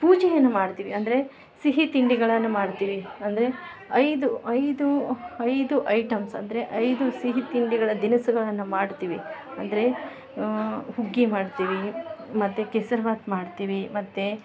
ಪೂಜೆಯನ್ನ ಮಾಡ್ತೀವಿ ಅಂದರೆ ಸಿಹಿ ತಿಂಡಿಗಳನ್ನ ಮಾಡ್ತೀವಿ ಅಂದರೆ ಐದು ಐದು ಐದು ಐಟಮ್ಸ್ ಅಂದರೆ ಐದು ಸಿಹಿ ತಿಂಡಿಗಳ ದಿನಸುಗಳನ್ನ ಮಾಡ್ತೀವಿ ಅಂದರೆ ಹುಗ್ಗಿ ಮಾಡ್ತೀವಿ ಮತ್ತು ಕೇಸ್ರಿಬಾತು ಮಾಡ್ತೀವಿ ಮತ್ತು